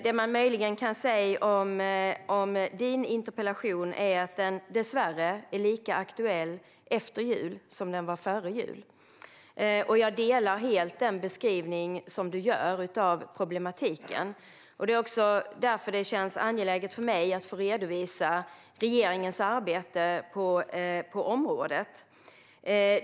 Det man möjligen kan säga om din interpellation är att den dessvärre är lika aktuell efter jul som den var före jul. Jag delar helt den beskrivning som du gör av problematiken. Därför känns det angeläget för mig att få redovisa regeringens arbete på området.